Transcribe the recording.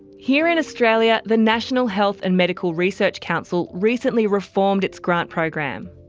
here in australia, the national health and medical research council recently reformed its grant program.